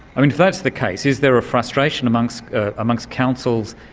i mean if that's the case, is there a frustration amongst amongst councils,